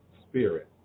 spirit